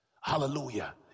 hallelujah